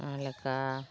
ᱞᱮᱠᱟ